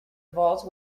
vault